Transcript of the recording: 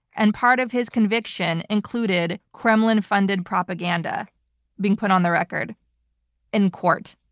and part of his conviction included kremlin-funded propaganda being put on the record in court.